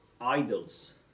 idols